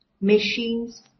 machines